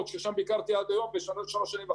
שאצלן ביקרתי עד היום בשלוש שנים וחצי.